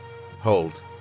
hold